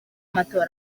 matola